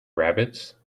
rabbits